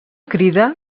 crida